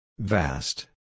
Vast